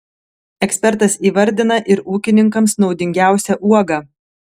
ekspertas įvardina ir ūkininkams naudingiausią uogą